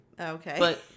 Okay